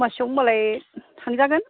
दमासियाव होनबालाय थांजागोन